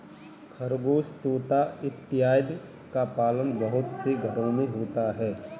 खरगोश तोता इत्यादि का पालन बहुत से घरों में होता है